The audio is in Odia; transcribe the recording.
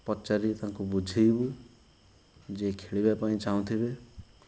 ପଚାରି ତାଙ୍କୁ ବୁଝେଇବୁ ଯିଏ ଖେଳିବା ପାଇଁ ଚାହୁଁଥିବେ